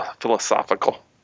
philosophical